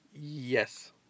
yes